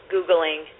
Googling